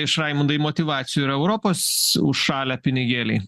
iš raimundai motyvacijų yra europos užšalę pinigėliai